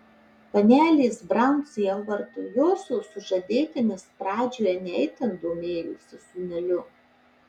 panelės braun sielvartui josios sužadėtinis pradžioje ne itin domėjosi sūneliu